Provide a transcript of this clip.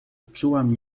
uczułam